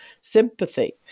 sympathy